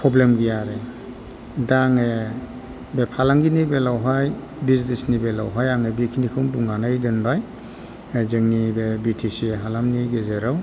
problem गैया आरो दा आङो बे फालांगिनि बेलायावहाय बिजनेसनि बेलायावहाय आङो बेखिनिखौ बुंनानै दोनबाय जोंनि बे बि टि सि हालामनि गेजेराव